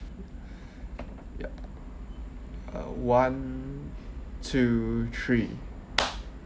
ya uh one two three